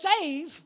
save